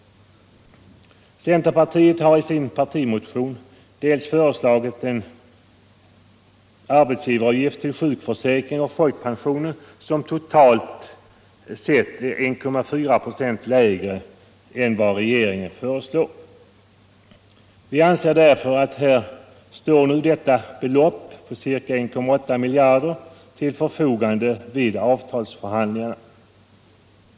Centerpartiet har i sin partimotion föreslagit en arbetsgivaravgift till sjukförsäkringen och folkpensioneringen som totalt sett är 1,4 procent lägre än vad regeringen föreslår. Vi anser därför att motsvarande belopp, ca 1,8 miljarder, står till förfogande vid avtalsförhandlingarna.